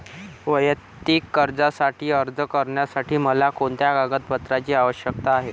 वैयक्तिक कर्जासाठी अर्ज करण्यासाठी मला कोणत्या कागदपत्रांची आवश्यकता आहे?